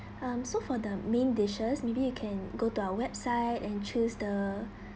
um so for the main dishes maybe you can go to our website and choose the